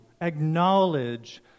acknowledge